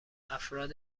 افراد